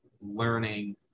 learning